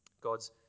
God's